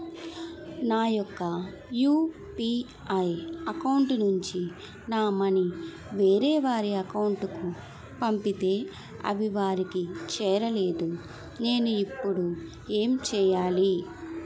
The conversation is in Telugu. నా యెక్క యు.పి.ఐ అకౌంట్ నుంచి నా మనీ వేరే వారి అకౌంట్ కు పంపితే అవి వారికి చేరలేదు నేను ఇప్పుడు ఎమ్ చేయాలి?